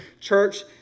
church